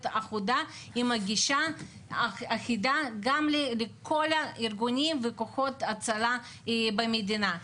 אחידה עם גישה אחידה גם לכל הארגונים וכוחות ההצלה במדינה.